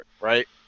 right